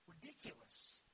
ridiculous